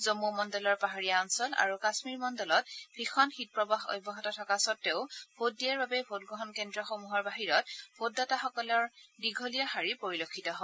জম্ম মণ্ডলৰ পাহাৰীয়া অঞ্চল আৰু কামীৰ মণ্ডলত ভীষণ শীতপ্ৰবাহ অব্যাহত থকা স্বতেও ভোট দিয়াৰ বাবে ভোটগ্ৰহণ কেন্দ্ৰসমূহৰ বাহিৰত ভোটদাতাসকলৰ দীঘলীয়া শাৰী পৰিলক্ষিত হয়